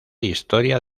historia